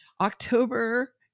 October